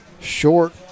Short